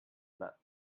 but